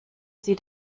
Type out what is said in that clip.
sie